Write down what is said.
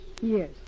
Yes